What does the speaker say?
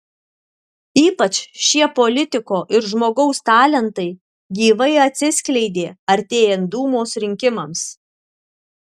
ypač šie politiko ir žmogaus talentai gyvai atsiskleidė artėjant dūmos rinkimams